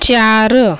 चार